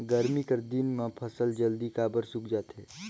गरमी कर दिन म फसल जल्दी काबर सूख जाथे?